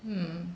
mm